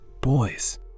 boys